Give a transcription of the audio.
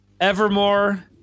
Evermore